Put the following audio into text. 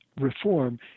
reform